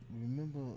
remember